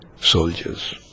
soldiers